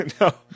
No